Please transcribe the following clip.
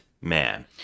man